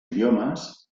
idiomes